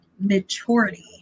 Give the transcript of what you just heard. maturity